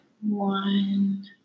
one